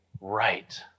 right